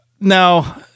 now